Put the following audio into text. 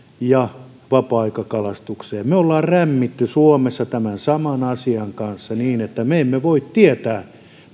ja vapaa ajankalastukseen me olemme rämpineet suomessa tämän saman asian kanssa niin että me emme voi tietää